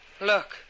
Look